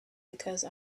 because